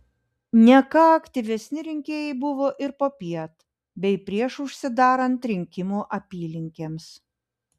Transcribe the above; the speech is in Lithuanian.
ne ką aktyvesni rinkėjai buvo ir popiet bei prieš užsidarant rinkimų apylinkėms